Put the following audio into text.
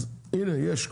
אז הנה יש,